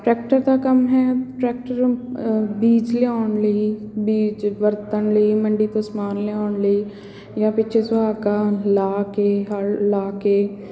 tractor ਦਾ ਕੰਮ ਹੈ ਟਰੈਕਟਰ ਬੀਜ ਲਿਆਉਣ ਲਈ ਬੀਜ ਵਰਤਣ ਲਈ ਮੰਡੀ ਤੋਂ ਸਮਾਨ ਲਿਆਉਣ ਲਈ ਜਾਂ ਪਿੱਛੇ ਸੁਹਾਗਾ ਲਾ ਕੇ ਹੱਲ ਲਾ ਕੇ